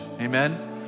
amen